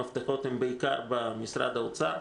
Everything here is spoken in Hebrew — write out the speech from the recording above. המפתחות הם בעיקר במשרד האוצר.